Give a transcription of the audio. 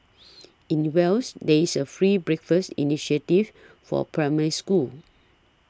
in Wales there's a free breakfast initiative for Primary Schools